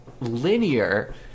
linear